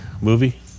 movie